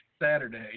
Saturday